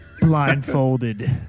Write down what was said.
blindfolded